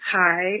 hi